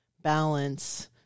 balance